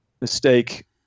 mistake